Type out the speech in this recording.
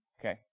okay